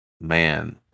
man